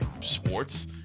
sports